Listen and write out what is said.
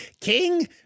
King